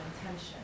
intention